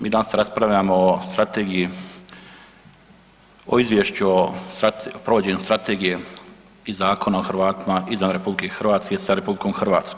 Mi danas raspravljamo o strategiji o izvješću o provođenju Strategije i Zakona o Hrvatima izvan RH sa RH.